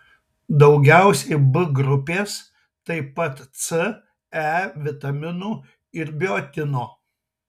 daugiausiai b grupės taip pat c e vitaminų ir biotino